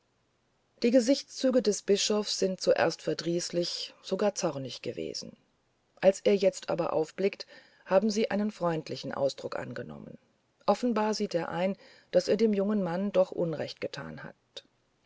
die gesichtszüge des bischofs sind zuerst verdrießlich sogar zornig gewesen als er jetzt aber aufblickt haben sie einen freundlichen ausdruck angenommen offenbar sieht er ein daß er dem jungen mann doch unrecht getan hat